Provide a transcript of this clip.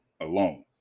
alone